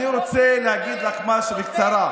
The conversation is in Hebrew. אני רוצה להגיד לך משהו בקצרה.